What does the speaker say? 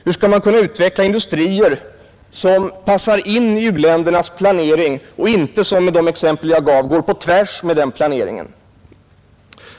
Hur skall industrier kunna utvecklas som passar in i u-ländernas planering och inte, som i de exempel jag gav, går tvärtemot den planeringen?